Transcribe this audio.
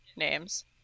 names